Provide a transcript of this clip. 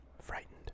frightened